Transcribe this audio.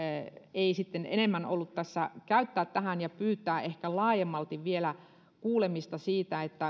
ei sitten enemmän ollut tässä käyttää tähän ja pyytää ehkä laajemmalti vielä kuulemista siitä